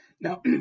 Now